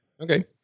Okay